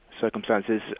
circumstances